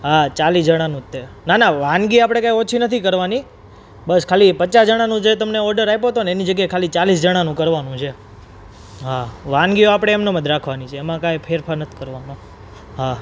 હા ચાલીસ જણાનું જ તે ના ના વાનગી આપણે કાંઈ ઓછી નથી કરવાની બસ ખાલી પચાસ જણાનો તમને જે ઓર્ડર આપ્યો હતોને એની જગ્યાએ ખાલી ચાલીસ જણાનું કરવાનું છે હા વાનગીઓ આપણે એમને એમ જ રાખવાની છે એમાં કંઈ ફેરફાર નથી કરવાનો હા